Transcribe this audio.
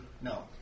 no